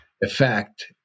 effect